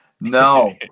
No